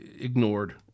ignored